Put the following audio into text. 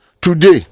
Today